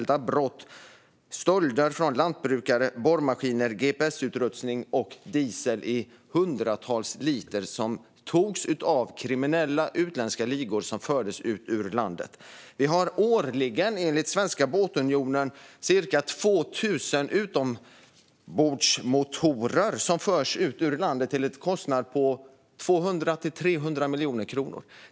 Det var stölder från lantbrukare - borrmaskiner, gps-utrustning och hundratals liter diesel som togs av kriminella utländska ligor och fördes ut ur landet. Enligt Svenska Båtunionen förs årligen ca 2 000 utombordsmotorer till ett värde av 200-300 miljoner kronor ut ur landet.